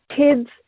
kids